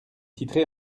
titré